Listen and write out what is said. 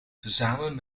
tezamen